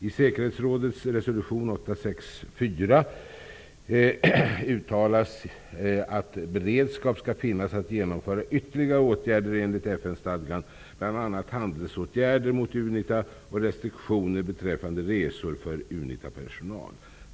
I säkerhetsrådets resolution 864 uttalas att beredskap skall finnas att genomföra ytterligare åtgärder enligt FN-stadgan, bl.a. handelsåtgärder mot UNITA och restriktioner beträffande resor för UNITA-personal.